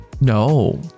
No